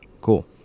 Cool